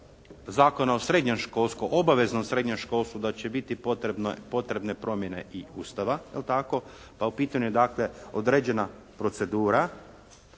Zakona o srednjem školstvu, obaveznom srednjem školstvu da će biti potrebne promjene i Ustava, je li tako? Pa u pitanju je dakle određena procedura.